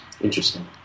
Interesting